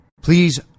Please